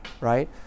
right